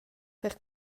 per